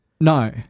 No